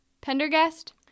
Pendergast